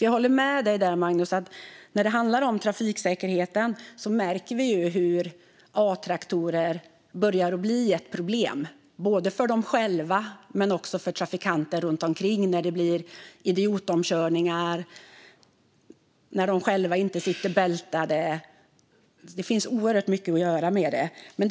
Jag håller med dig, Magnus, om att när det handlar om trafiksäkerheten märker vi hur A-traktorer börjar bli ett problem både för förarna själva och för trafikanter runt omkring när det till exempel blir idiotomkörningar eller de själva inte sitter bältade. Det finns oerhört mycket att göra med det här.